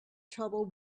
trouble